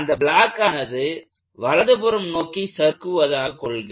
அந்த பிளாக் ஆனது வலதுபுறம் நோக்கி சறுக்குவதாக கொள்க